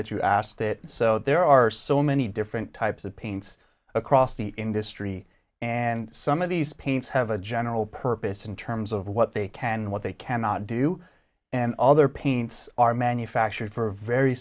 that you asked that so there are so many different types of pains across the industry and some of these pains have a general purpose in terms of what they can what they cannot do and all their paints are manufactured for very